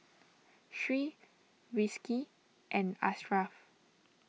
Sri Rizqi and Ashraf